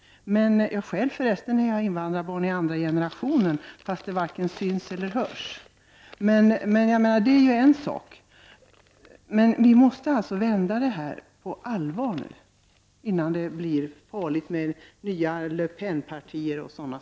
Själv är jag förresten invandrarbarn i andra generationen, fastän det varken syns eller hörs. Vi måste vända detta på allvar innan det blir farligt, alltså med nya Le Pen-partier o.d.